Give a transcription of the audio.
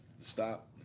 stop